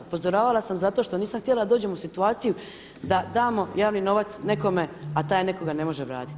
Upozoravala sam zato što nisam htjela da dođem u situaciju da damo javni novac nekome a taj netko ga ne može vratiti.